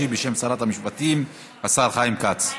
ישיב, בשם שרת המשפטים, השר חיים כץ.